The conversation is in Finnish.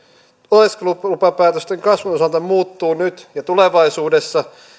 oleskelulupapäätösten kasvun osalta muuttuu nyt ja tulevaisuudessa